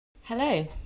Hello